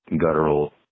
guttural